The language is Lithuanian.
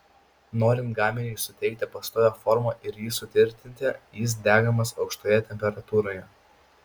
norint gaminiui suteikti pastovią formą ir jį sutvirtinti jis degamas aukštoje temperatūroje